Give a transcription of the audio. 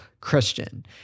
Christian